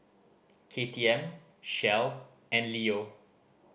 K T M Shell and Leo